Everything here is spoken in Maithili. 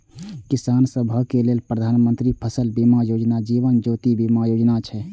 किसान सभक लेल प्रधानमंत्री फसल बीमा योजना, जीवन ज्योति बीमा योजना छै